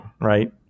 right